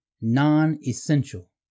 non-essential